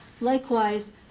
Likewise